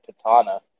katana